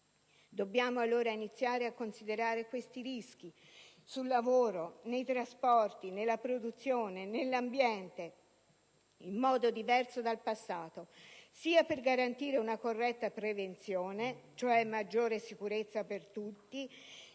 Dobbiamo allora iniziare a considerare questi rischi, sul lavoro, nei trasporti, nella produzione e nell'ambiente, in modo diverso dal passato, sia per garantire una corretta prevenzione (cioè maggiore sicurezza per tutti)